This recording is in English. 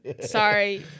Sorry